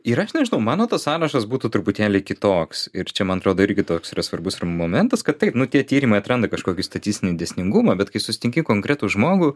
ir aš nežinau mano tas sąrašas būtų truputėlį kitoks ir čia man atrodo irgi toks yra svarbus ir momentas kad taip nu tie tyrimai atranda kažkokį statistinį dėsningumą bet kai susitinki konkretų žmogų